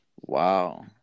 Wow